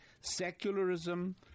Secularism